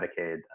Medicaid